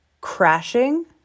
crashing